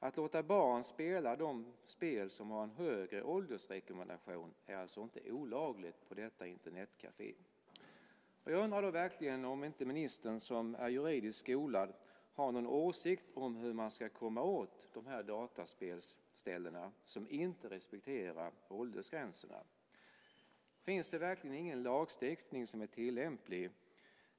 Att låta barn spela de spel som har en högre åldersrekommendation är alltså inte olagligt på detta Internetcafé. Jag undrar verkligen om inte ministern, som är juridiskt skolad, har någon åsikt om hur man kan komma åt de datorspelsställen som inte respekterar åldersgränserna. Finns det verkligen ingen lagstiftning som är tillämplig?